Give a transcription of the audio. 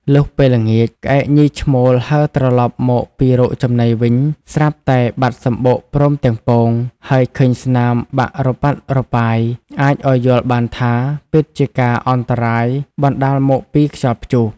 លុះពេលល្ងាច ក្អែកញីឈ្មោលហើរត្រឡប់មកពីររកចំណីវិញ ស្រាប់តែបាត់សំបុកព្រមទាំងពង ហើយឃើញស្នាមបាក់រប៉ាត់រប៉ាយ អាចឲ្យយល់បានថា ពិតជាការអន្តរាយបណ្តាលមកពីខ្យល់ព្យុះ ។